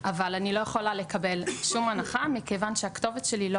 אבל אני לא יכולה לקבל שום הנחה מכיוון שהכתובת שלי לא